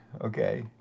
Okay